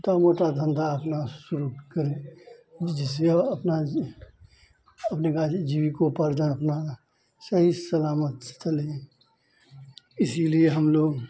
छोटा मोटा धन्धा अपना शुरू करें जिस अपना जो अपने काज जीविकोपार्जन अपना सही सलामत से चले इसीलिए हमलोग